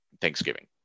Thanksgiving